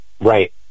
Right